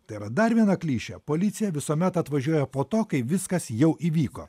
tai yra dar viena klišė policija visuomet atvažiuoja po to kai viskas jau įvyko